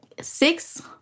six